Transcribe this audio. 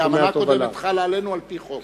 כי האמנה הקודמת חלה עלינו על-פי חוק.